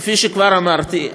כפי שכבר אמרתי,